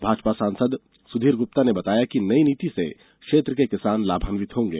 भाजपा सांसद सुधीर गुप्ता ने बताया है कि नई नीति से क्षेत्र के किसान लाभान्वित होंगे